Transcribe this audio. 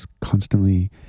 constantly